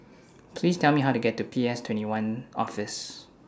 Please Tell Me How to get to P S twenty one Office